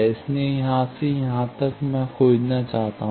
इसलिए यहां से यहां तक मैं खोजना चाहता हूं